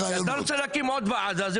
כבודו, אתה רוצה להקים עוד וועדה.